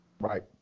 Right